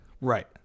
Right